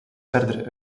verder